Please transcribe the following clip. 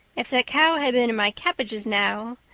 if that cow had been in my cabbages now.